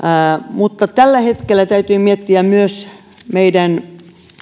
mutta tällä hetkellä täytyy miettiä myös meidän